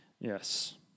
Yes